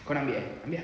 kau nak ambil ambil ah